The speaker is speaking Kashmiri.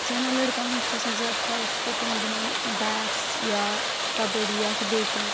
سانٮ۪ن لٔڑکن ہٕنٛز چھِ آسان زیادٕ خواہِش کہِ تِم گِنٛدان بیٹٕس یا کبڈی یا کہِ بیٚیہِ کینٛہہ